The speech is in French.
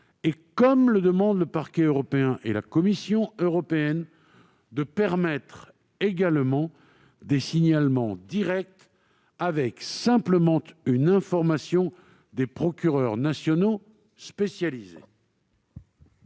comme le demandent le Parquet européen et la Commission européenne, de permettre également des signalements directs, avec simplement une information des procureurs nationaux spécialisés.